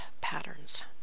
patterns